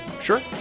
sure